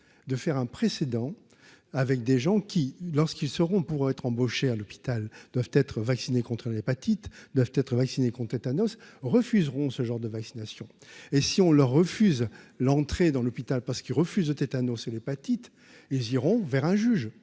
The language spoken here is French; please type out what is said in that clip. de faire un précédent avec des gens qui, lorsqu'ils seront pourraient être embauchée à l'hôpital doivent être vaccinés contre l'hépatite doivent être vaccinés comptait Thanos refuseront ce genre de vaccination et si on leur refuse l'entrée dans l'hôpital parce qu'il refuse de tétanos, c'est l'hépatite, ils iront vers un juge